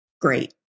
great